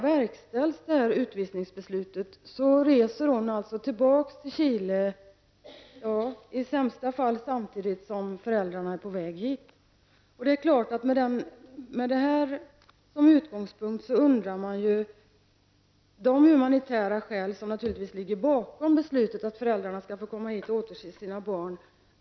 Verkställs det här utvisningsbeslutet reser hon i sämsta fall tillbaka samtidigt som föräldrarna är på väg hit. Humanitära skäl är naturligtvis utgångspunkten för att föräldrarna skall få komma hit och återse sina barn.